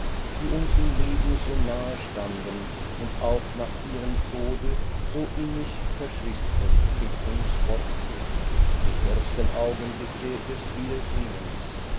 die uns im leben so nahe standen und auch nach ihrem tode so innig verschwistert mit uns fortleben die ersten augenblicke des wiedersehens